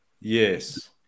yes